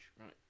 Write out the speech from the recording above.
right